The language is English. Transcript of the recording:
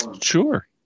Sure